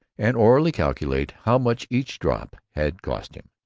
and orally calculate how much each drop had cost him.